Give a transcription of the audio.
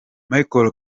michael